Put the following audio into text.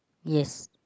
yes